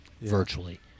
virtually